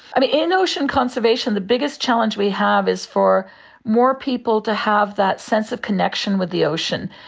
but in ocean conservation the biggest challenge we have is for more people to have that sense of connection with the ocean,